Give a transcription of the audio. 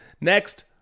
Next